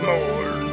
Lord